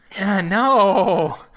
no